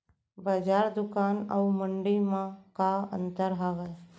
बजार, दुकान अऊ मंडी मा का अंतर हावे?